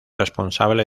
responsable